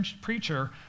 preacher